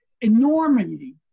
enormity